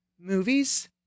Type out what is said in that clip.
movies